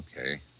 Okay